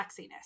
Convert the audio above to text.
flexiness